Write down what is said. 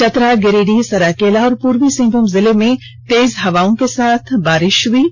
चतरा गिरिडीह सरायकेला और पूर्वी सिंहमूम जिले में तेज हवा के साथ बारिष हुई है